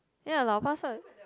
ya lau-pa-sat